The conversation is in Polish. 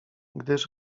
gdyż